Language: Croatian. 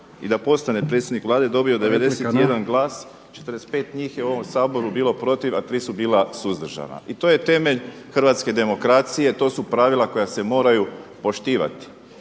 i da postane predsjednik Vlade dobio 91 glas. 45 njih je u ovom Saboru bilo protiv, a 3 su bila suzdržana. I to je temelj hrvatske demokracije, to su pravila koja se moraju poštivati.